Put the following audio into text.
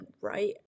right